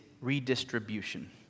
redistribution